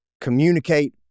communicate